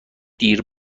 دیر